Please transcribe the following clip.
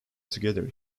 together